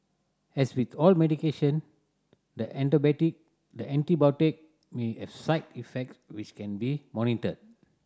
as with all medication the the antibiotic may have side effect which can be monitored